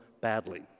badly